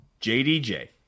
JDJ